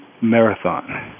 marathon